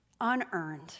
unearned